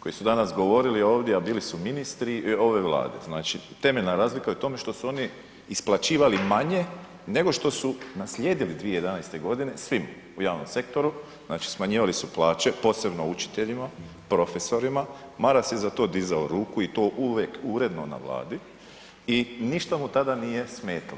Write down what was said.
koji su danas govorili ovdje, a bili su ministri ove Vlade, znači temeljna razlika je u tome što su oni isplaćivali manje nego što su naslijedili 2011. g. svima u javnom sektoru, znači smanjivali su plaće, posebno učiteljima, profesorima, Maras je za to dizao ruku i to uvijek uredno na Vladi i ništa mu tada nije smetalo.